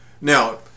Now